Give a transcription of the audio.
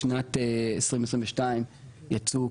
בשנת 2022 יצאו